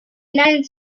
united